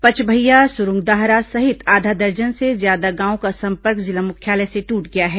पचभैया सुरुंगदाहरा सहित आधा दर्जन से ज्यादा गांवों का संपर्क जिला मुख्यालय से टूट गया है